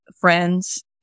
Friends